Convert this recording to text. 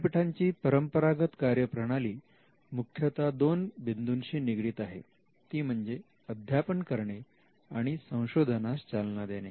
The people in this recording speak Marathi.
विद्यापीठांची परंपरागत कार्यप्रणाली मुख्यता दोन बिंदूशी निगडीत आहे ती म्हणजे अध्यापन करणे आणि संशोधनास चालना देणे